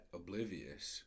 oblivious